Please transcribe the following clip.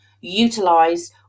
utilize